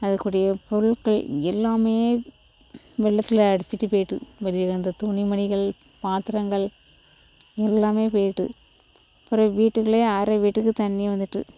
அதுகூடயே பொருட்கள் எல்லாமே வெள்ளத்தில் அடிச்சுட்டு போய்விட்டு வெளியில் இருந்த துணி மணிகள் பாத்திரங்கள் எல்லாமே போய்விட்டு அப்புறம் வீட்டுக்குள்ளேயும் அரை வீட்டுக்குள்ளேயும் தண்ணி வந்துட்டு